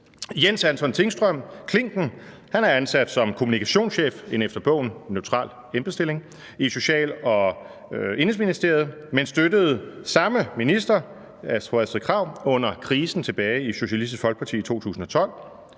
Jens Anton Tingstrøm Klinken er ansat som kommunikationschef – en efter bogen neutral embedsstilling – i Social- og Indenrigsministeriet, men støttede samme minister, altså fru Astrid Krag, under krisen i Socialistisk Folkeparti tilbage